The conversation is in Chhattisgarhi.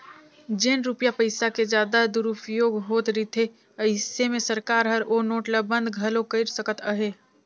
जेन रूपिया पइसा के जादा दुरूपयोग होत रिथे अइसे में सरकार हर ओ नोट ल बंद घलो कइर सकत अहे